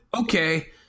okay